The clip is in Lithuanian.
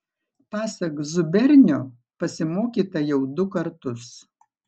pasak zubernio pasimokyta jau du kartus